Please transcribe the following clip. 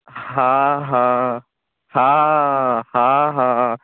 ਹਾਂ ਹਾਂ ਹਾਂ ਹਾਂ ਹਾਂ